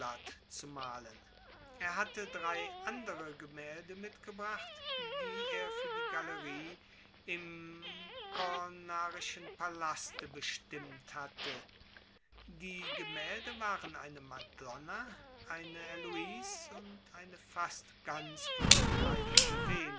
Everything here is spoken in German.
zu malen er hatte drei andere gemälde mitgebracht die er für die galerie im cornarischen palaste bestimmt hatte die gemälde waren eine madonna eine heloise und eine fast ganz unbekleidete